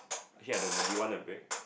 actually I don't mind do you want a break